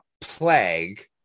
plague